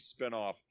spinoff